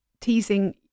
teasing